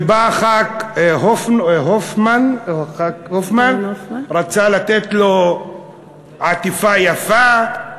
וחבר הכנסת הופמן רצה לתת לו עטיפה יפה,